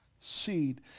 seed